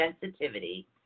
sensitivity